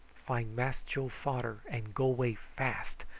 find mass joe fader, and go away fast.